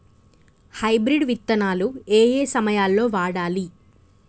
Hybrid విత్తనాలు ఏయే సమయాల్లో వాడాలి?